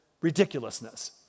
ridiculousness